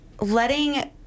letting